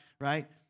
right